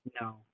No